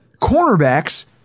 Cornerbacks